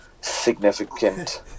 significant